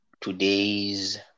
today's